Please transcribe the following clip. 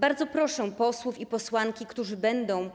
Bardzo proszę posłów i posłanki, którzy będą